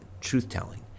truth-telling